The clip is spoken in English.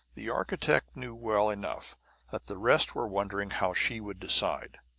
the architect knew well enough that the rest were wondering how she would decide.